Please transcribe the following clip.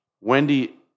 Wendy